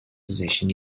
position